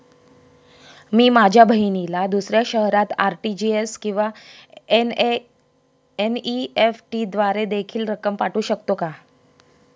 मी माझ्या बहिणीला दुसऱ्या शहरात आर.टी.जी.एस किंवा एन.इ.एफ.टी द्वारे देखील रक्कम पाठवू शकतो का?